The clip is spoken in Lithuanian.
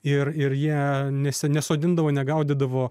ir ir jie neso nesodindavo negaudydavo